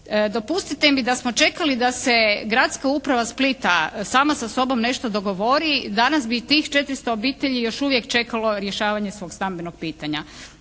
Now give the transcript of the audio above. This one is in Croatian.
Dopustite mi da smo čekali da se gradska uprava Splita sama sa sobom nešto dogovori, danas bi tih 400 obitelji još uvijek čekalo rješavanje svog stambenog pitanja.